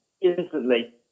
instantly